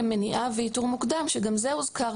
מניעה ואיתור מוקדם גם זה כבר הוזכר